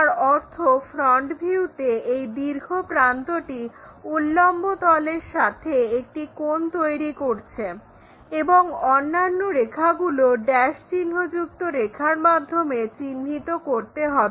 তার অর্থ ফ্রন্ট ভিউতে এই দীর্ঘ প্রান্তটি উল্লম্ব তলের সাথে একটি কোণ তৈরি করছে এবং অন্যান্য রেখাগুলো ড্যাশ চিহ্ন যুক্ত রেখার মাধ্যমে চিহ্নিত করতে হবে